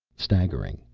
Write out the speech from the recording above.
staggering,